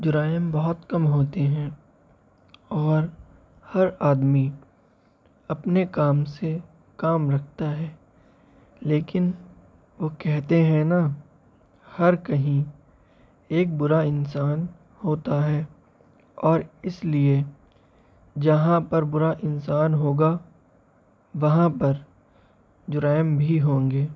جرائم بہت کم ہوتے ہیں اور ہر آدمی اپنے کام سے کام رکھتا ہے لیکن وہ کہتے ہیں نا ہر کہیں ایک برا انسان ہوتا ہے اور اس لیے جہاں پر برا انسان ہوگا وہاں پر جرائم بھی ہوں گے